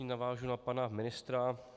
Navážu na pana ministra.